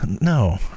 No